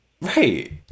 Right